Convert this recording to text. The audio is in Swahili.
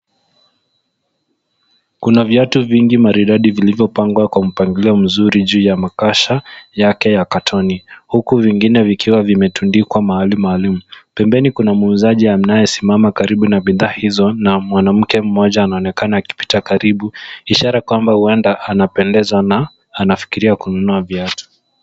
Kuna viatu vingi maridadi vilivyopangwa kwa mpangilio mzuri juu ya makasha yake ya katoni, huku vingine vikiwa vimetundikwa mahali maalum. Pembeni kuna muuzaji anayesimama karibu na bidhaa hizo na mwanamke mmoja anaonekana akipita karibu, ishara kwamba huenda anapendezwa na anafikiria kununua viatu.